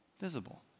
visible